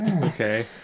okay